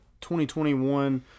2021